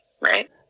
right